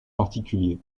particulier